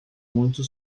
muito